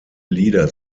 lieder